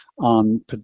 on